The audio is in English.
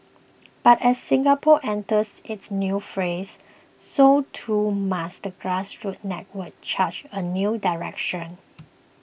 but as Singapore enters its new phase so too must the grassroots network chart a new direction